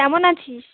কেমন আছিস